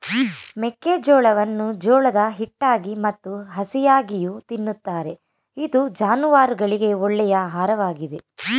ಮೆಕ್ಕೆಜೋಳವನ್ನು ಜೋಳದ ಹಿಟ್ಟಾಗಿ ಮತ್ತು ಹಸಿಯಾಗಿಯೂ ತಿನ್ನುತ್ತಾರೆ ಇದು ಜಾನುವಾರುಗಳಿಗೆ ಒಳ್ಳೆಯ ಆಹಾರವಾಗಿದೆ